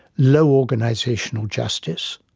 low organisational justice,